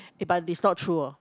eh but is not true hor